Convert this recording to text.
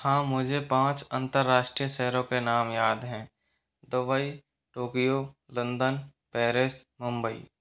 हाँ मुझे पाँच अंतरराष्ट्रीय शहरों के नाम याद हैं Dubai Tokyo London Paris Mumbai